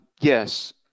yes